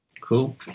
Cool